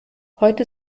heute